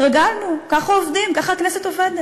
התרגלנו, ככה עובדים, ככה הכנסת עובדת.